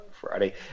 Friday